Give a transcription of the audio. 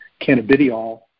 Cannabidiol